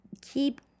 keep